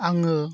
आङो